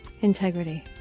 integrity